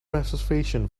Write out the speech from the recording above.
reservation